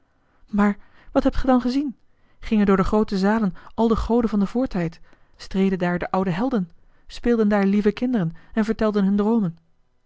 maar wat hebt ge dan gezien gingen door de groote zalen al de goden van den voortijd streden daar de oude helden speelden daar lieve kinderen en vertelden hun droomen